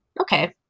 Okay